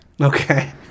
Okay